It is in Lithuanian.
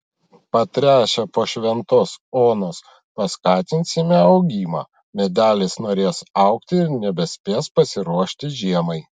patręšę po šventos onos paskatinsime augimą medelis norės augti ir nebespės pasiruošti žiemai